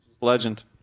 Legend